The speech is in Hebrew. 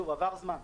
עבר זמן.